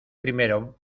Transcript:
primero